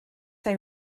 they